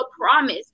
promise